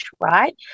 right